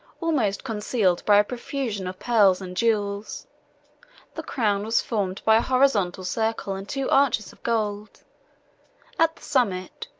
almost concealed by a profusion of pearls and jewels the crown was formed by a horizontal circle and two arches of gold at the summit,